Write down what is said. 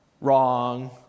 Wrong